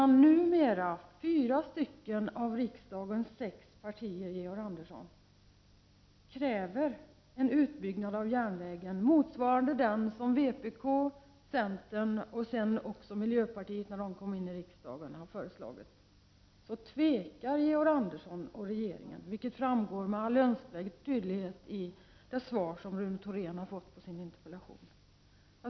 Numera kräver fyra av riksdagens sex partier, Georg Andersson, en utbyggnad av järnvägen motsvarande den som vpk, centern och sedermera också miljöpartiet har föreslagit. Men Georg Andersson och regeringen tvekar, vilket framgår med all önskvärd tydlighet av det svar som Rune Thorén fått på sin interpellation.